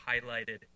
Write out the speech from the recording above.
highlighted